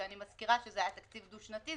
שאני מזכירה שזה היה תקציב דו-שנתי.